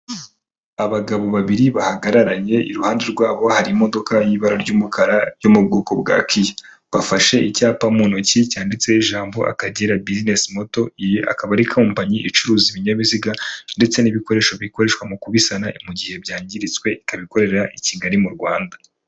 Abagabo babiri bahagararanye, iruhande rwabo hari imodoka y'ibara ry'umukara yo mu bwoko bwa Kiya, bafashe icyapa mu ntoki cyanditseho ijambo Akagira Business Moto, iyi akaba ari kompanyi icuruza ibinyabiziga ndetse n'ibikoresho bikoreshwa mu kubisana mu gihe byangiritse, ikabi ikorera i Kigali mu Rwanda.